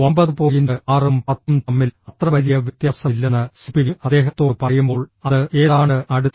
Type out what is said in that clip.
6 ഉം 10 ഉം തമ്മിൽ അത്ര വലിയ വ്യത്യാസമില്ലെന്ന് സിപിഐ അദ്ദേഹത്തോട് പറയുമ്പോൾ അത് ഏതാണ്ട് അടുത്താണ്